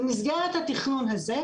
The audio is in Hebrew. במסגרת התכנון הזה,